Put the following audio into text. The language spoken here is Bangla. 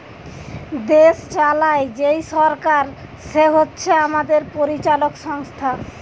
দেশ চালায় যেই সরকার সে হচ্ছে আমাদের পরিচালক সংস্থা